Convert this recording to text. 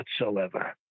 whatsoever